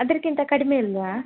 ಅದಕ್ಕಿಂತ ಕಡಿಮೆ ಇಲ್ಲವಾ